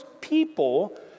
people